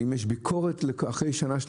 האם יש ביקורת של אנשי מקצוע אחרי שנה-שנתיים,